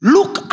Look